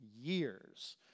years